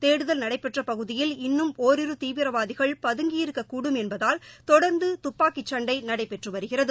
தேடுதல் நடைபெற்ற பகுதியில் இன்னும் ஓரிரு தீவிரவாதிகள் பதுங்கியிருக்கக் கூடும் என்பதால் தொடர்ந்து துப்பாக்கிச் சண்டை நடைபெற்று வருகிறது